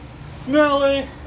Smelly